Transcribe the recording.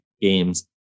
games